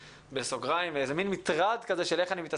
איך אני מתעסק בזה ואיך אני בא לישיבות מל"ג ומה אני עושה.